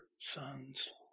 sons